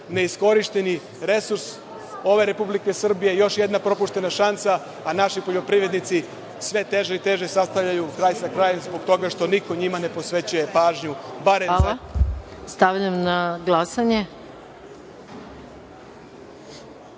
neiskorišćen resurs ove Republike Srbije, još jedna propuštena šansa, a naši poljoprivrednici sve teže i teže sastavljaju kraj sa krajem zbog toga što niko njima ne posvećuje pažnju. **Maja Gojković** Stavljam